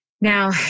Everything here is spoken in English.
Now